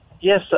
yes